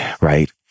Right